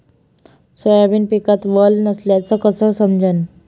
Soybean पिकात वल नसल्याचं कस समजन?